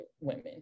women